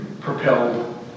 propelled